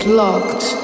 locked